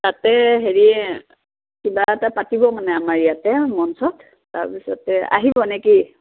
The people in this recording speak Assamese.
তাতে হেৰি কিবা এটা পাতিব মানে আমাৰ ইয়াতে মঞ্চত তাৰপিছতে আহিব নে কি